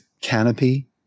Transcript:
Canopy